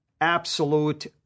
absolute